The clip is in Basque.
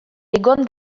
egon